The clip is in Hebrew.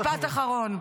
משפט אחרון.